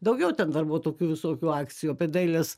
daugiau ten dar buvo tokių visokių akcijų apie dailės